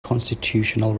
constitutional